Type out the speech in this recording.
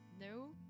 no